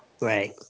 Right